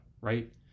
right